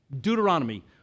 Deuteronomy